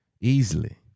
easily